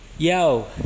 Yo